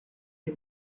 dem